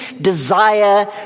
desire